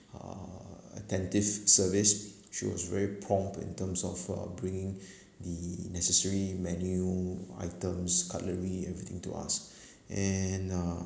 uh attentive service she was very prompt in terms of uh bringing the necessary menu items cutlery everything to us and uh